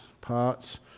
parts